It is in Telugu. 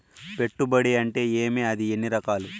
పెట్టుబడి అంటే ఏమి అది ఎన్ని రకాలు